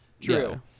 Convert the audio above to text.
true